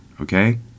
okay